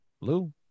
Lou